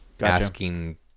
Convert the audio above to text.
asking